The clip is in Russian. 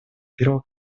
первого